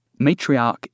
Matriarch